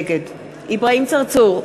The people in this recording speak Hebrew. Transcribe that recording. נגד אברהים צרצור,